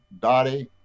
Dottie